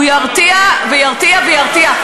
הוא ירתיע וירתיע וירתיע,